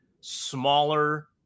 smaller